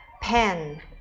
pen